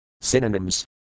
Synonyms